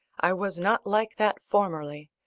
i was not like that formerly.